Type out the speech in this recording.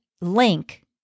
link